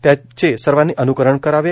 त्याचे सर्वांनी अन्करण करावे